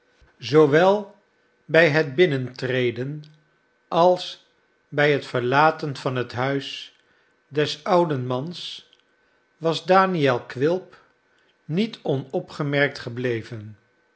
zoowel bij het binnentreden als bij het verlaten van het huis des ouden mans was daniel quilp niet onopgemerkt gebleven